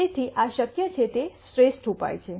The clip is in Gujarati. તેથી આ શક્ય છે તે શ્રેષ્ઠ ઉપાય છે